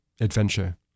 adventure